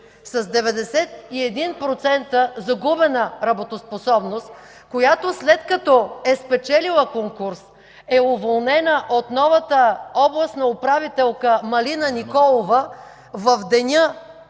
с 91% загубена работоспособност, която след като е спечелила конкурс, е уволнена от новата областна управителка Малина Николова в Деня